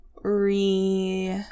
re